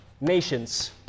nations